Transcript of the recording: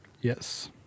Yes